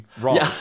wrong